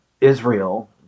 Israel